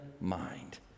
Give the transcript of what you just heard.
mind